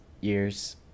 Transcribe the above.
years